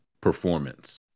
performance